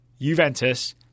Juventus